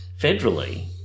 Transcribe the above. federally